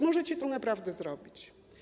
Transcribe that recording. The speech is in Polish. Możecie to naprawdę zrobić.